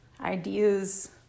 ideas